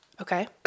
Okay